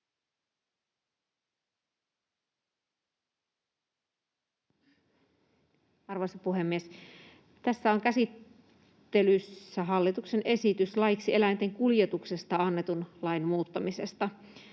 Arvoisa puhemies! Tässä on käsittelyssä hallituksen esitys laiksi eläinten kuljetuksesta annetun lain muuttamisesta.